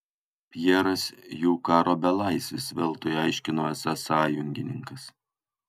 pjeras jų karo belaisvis veltui aiškino esąs sąjungininkas